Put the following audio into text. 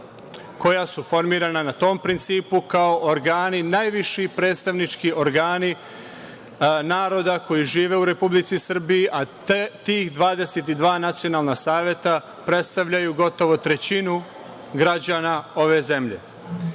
koja su formirana na tom principu kao organi, najviši predstavnički organi naroda koji žive u Republici Srbiji, a tih 22 nacionalna saveta predstavljaju gotovo trećinu građana ove zemlje. Izbori